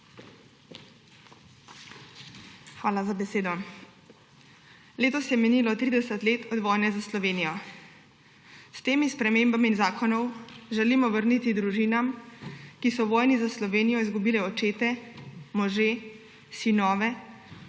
Hvala za besedo. Letos je minilo 30 let od vojne za Slovenijo. S temi spremembami zakonov želimo vrniti družinam, ki so v vojni za Slovenijo izgubile očete, može, sinove,